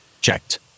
checked